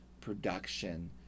production